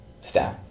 Staff